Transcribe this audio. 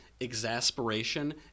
exasperation